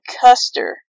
Custer